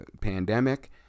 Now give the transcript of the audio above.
pandemic